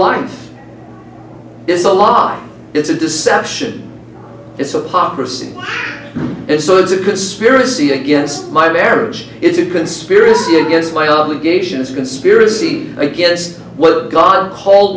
is a lie it's a deception it's a pop person and so it's a conspiracy against my marriage it's a conspiracy against my obligations a conspiracy against what god called